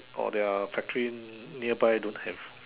or their factory nearby don't have